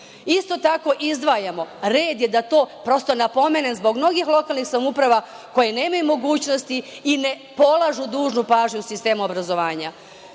tako izdvajamo, red je da to prosto napomenemo zbog mnogih lokalnih samouprava koje nemaju mogućnosti i ne polažu dužnu pažnju sistemu obrazovanja